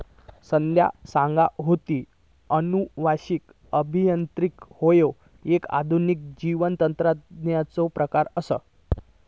संध्या सांगा होता, अनुवांशिक अभियांत्रिकी ह्यो एक आधुनिक जैवतंत्रज्ञानाचो प्रकार आसा